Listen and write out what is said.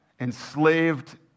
Enslaved